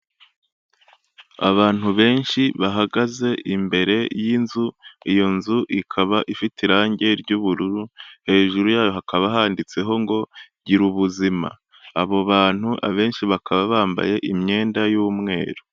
Abantu benshi bahagaze imbere y'inzu, iyo nzu ikaba ifite irangi ry'ubururu, hejuru yayo hakaba handitseho ngo "Gira Ubuzima." Abo bantu, abenshi bakaba bambaye imyenda y'umweru.